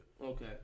Okay